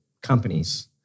companies